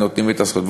ונותנים את הזכויות.